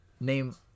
Name